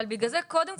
זה כאילו הפחד שלי,